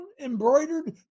embroidered